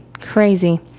crazy